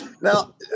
Now